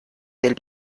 del